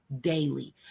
daily